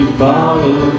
follow